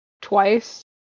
twice